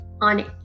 on